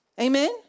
Amen